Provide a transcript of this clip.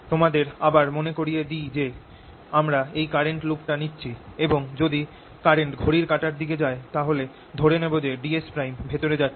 তোমাদের আবার মনে করিয়ে দি যে আমরা এই কারেন্ট লুপ টা নিচ্ছি এবং যদি কারেন্ট ঘড়ির কাঁটার দিকে যায় তাহলে ধরে নেবো যে ds ভিতরে যাচ্ছে